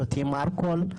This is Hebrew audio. שותים אלכוהול,